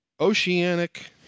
oceanic